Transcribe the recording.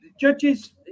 judges